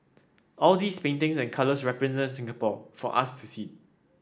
all these paintings and colours represent Singapore for us to see